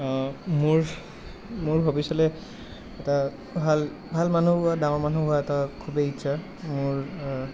অঁ মোৰ মোৰ ভৱিষ্যতলে এটা ভাল ভাল মানুহ হোৱা ডাঙৰ মানুহ হোৱা এটা খুৱেই ইচ্ছা মোৰ